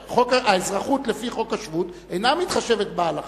האזרחות לפי חוק השבות אינה מתחשבת בהלכה.